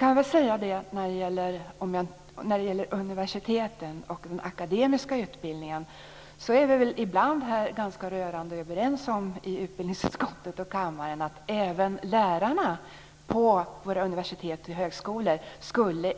När det gäller universiteten och den akademiska utbildningen är vi väl ibland både i utbildningsutskottet och i kammaren ganska rörande överens om att även lärarna på våra universitet och högskolor